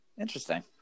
Interesting